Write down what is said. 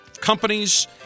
companies